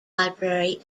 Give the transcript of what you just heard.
library